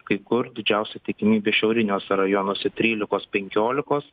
kai kur didžiausia tikimybė šiauriniuose rajonuose trylikos penkiolikos